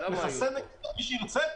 לחסן את מי שירצה,